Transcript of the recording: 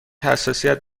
حساسیت